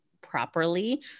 properly